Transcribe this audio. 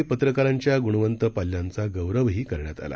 यावेळी पत्रकारांच्या गुणवंत पाल्यांचा गौरवही करण्यात आला